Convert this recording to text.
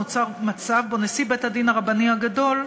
נוצר מצב שבו נשיא בית-הדין הרבני הגדול,